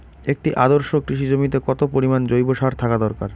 একটি আদর্শ কৃষি জমিতে কত পরিমাণ জৈব সার থাকা দরকার?